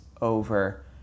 over